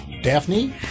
Daphne